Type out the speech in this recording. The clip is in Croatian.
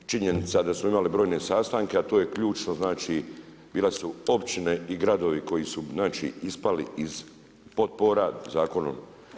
Činjenica da smo imali brojne sastanke, a to je ključno znači, bila su općine i gradovi koji su ispali iz potpora zakonom.